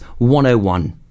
101